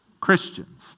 Christians